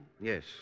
Yes